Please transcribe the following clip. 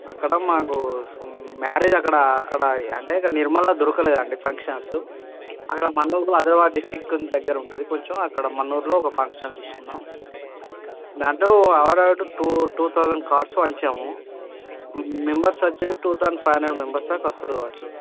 ఇక్కడ మాకు మ్యారేజ్ అక్కడా అక్కడా అంటే ఇక్కడ నిర్మల్ల దొరకలేదండి ఫంక్షన్ హాల్సు అక్కడ మన్నూరు అదిలాబాద్ డిస్టిక్ దగ్గర ఉంటుంది కొంచెం అక్కడ మన్నూర్లో ఒక ఫంక్షన్ హాల్ తీసుకుందాం మ్యాక్సిమం ఒక టూ టూ తౌసండ్ కార్డ్స్ పంచాము మెంబర్స్ వచ్చేసీ two thousand five hundred members దాక వస్తారు కావచ్చు